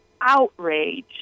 outrage